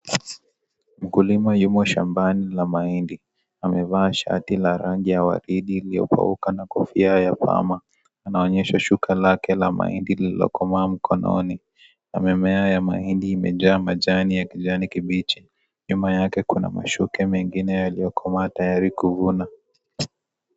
Mkulima yumo shambani la mahindi, amevaa shati la rangi ya waridi iliyokauka nakofia ya pama , anaonyesha shuka lake la mahindi lililokomaa mkononi, na mimea ya mahindi imejaa majani ya kijani kibichi , nyuma yake kuna mashoke mengine yaliyokomaa tayari kuvuna.